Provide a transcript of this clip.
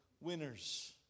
Winners